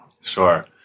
Sure